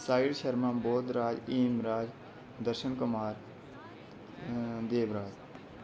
Sahil Sharma Bodh Raj Heem Raj Darshan Kumar Devraj